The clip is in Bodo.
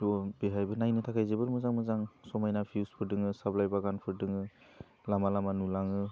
थ' बेहायबो नायनो थाखाय जोबोद मोजां मोजां समायना भिउसफोर दङ साब्लाय बागानफोर दङो लामा लामा नुलाङो